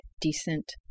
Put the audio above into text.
decent